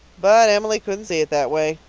but emily couldn't see it that way.